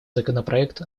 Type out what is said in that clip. законопроект